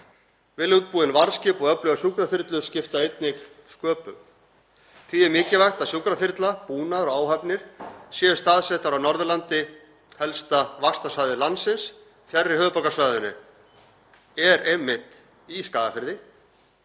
Vel útbúin varðskip og öflugar sjúkraþyrlur skipta einnig sköpum. Því er mikilvægt að sjúkraþyrla, búnaður og áhafnir séu staðsettar á Norðurlandi. Helsta vaxtarsvæði landsins fjarri höfuðborgarsvæðinu er einmitt í Skagafirði